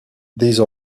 these